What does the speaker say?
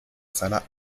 seiner